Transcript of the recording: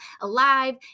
alive